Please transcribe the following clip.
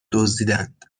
دزدیدند